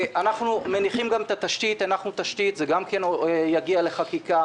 אנחנו מניחים גם תשתית גם זה יגיע לחקיקה